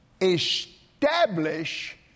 Establish